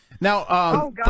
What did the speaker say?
Now